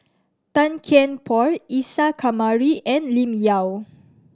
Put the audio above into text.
Tan Kian Por Isa Kamari and Lim Yau